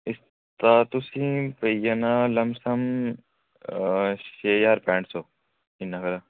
तां तुसेंई पेई जाना लमसम अ छे ज्हार पैंट्ठ सौ इ'न्ना हारा